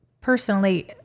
personally